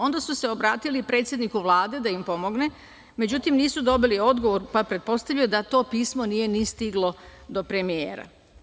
Onda su se obratili predsedniku Vlade da im pomogne, međutim, nisu dobili odgovor, pa pretpostavljam da to pismo nije ni stiglo do premijera.